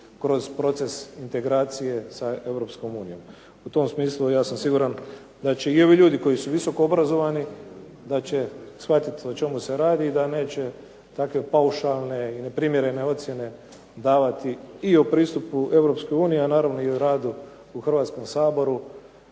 kroz proces integracije sa europskom unijom. U tom smislu ja sam siguran da će i ovi ljudi koji su visoko obrazovani da će shvatiti o čemu se radi i da neće takve paušalne i neprimjerene ocjene davati i o pristupu Europskoj uniji a naravno i o radu u Hrvatskom saboru